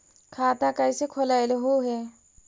खाता कैसे खोलैलहू हे?